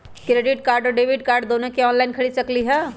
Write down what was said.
Credit card और debit card दोनों से ऑनलाइन खरीद सकली ह?